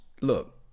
Look